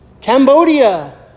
Cambodia